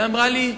ואמרה לי: